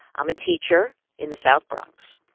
i'm a teacher in the south bronx.